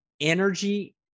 energy